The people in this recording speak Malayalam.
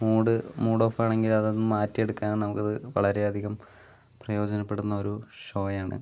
മൂഡ് മൂഡോഫാണെങ്കിൽ അതൊന്ന് മാറ്റിയെടുക്കാൻ നമുക്കതു വളരെയധികം പ്രയോജനപ്പെടുന്ന ഒരു ഷോയാണ്